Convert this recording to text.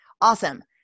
Awesome